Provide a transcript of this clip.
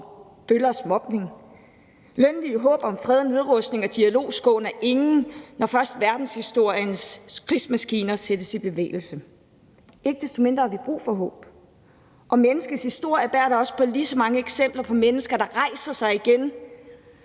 bøllers brutalitet. Lønlige håb om fred, nedrustning og dialog skåner ingen, når først verdenshistoriens krigsmaskiner sættes i bevægelse. Ikke desto mindre har vi brug for håb, og menneskets historie bærer da også på lige så mange eksempler på mennesker, der rejser sig igen